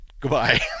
Goodbye